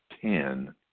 ten